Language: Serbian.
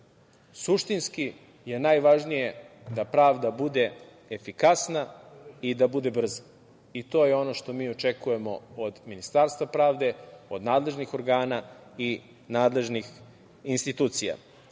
Suštinski je najvažnije da pravda bude efikasna i da bude brza. To je ono što mi očekujemo od Ministarstva pravde, od nadležnih organa i nadležnih institucija. Već